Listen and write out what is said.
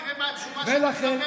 תראה מה התשובה שאתה מקבל,